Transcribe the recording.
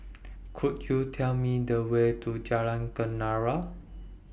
Could YOU Tell Me The Way to Jalan Kenarah